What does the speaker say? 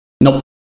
Nope